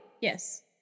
Yes